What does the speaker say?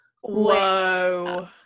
whoa